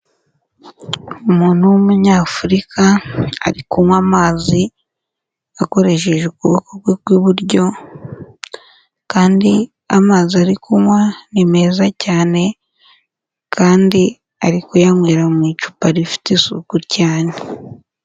Umuntu w'umunyafurika ari kunywa amazi akoresheje ukuboko kwe kw'iburyo kandi amazi ari kunywa ni meza cyane kandi ari kuyanywera mu icupa rifite isuku cyane.